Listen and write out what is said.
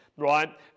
right